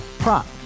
Prop